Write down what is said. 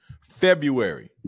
February